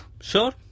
Sure